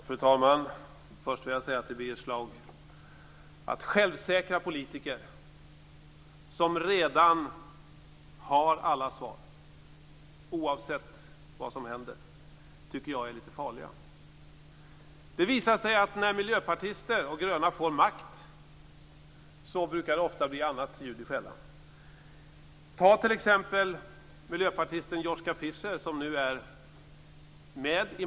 Fru talman! Först vill jag säga till Birger Schlaug att jag tycker att självsäkra politiker som redan har alla svar, oavsett vad som händer, är lite farliga. Det visar sig att när miljöpartister och de gröna får makt blir det ofta annat ljud i skällan. Vi kan ta miljöpartisten Joschka Fischer som exempel.